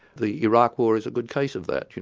the iraq war is a good case of that, you